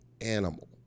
animal